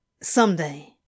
Someday